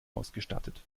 ausgestattet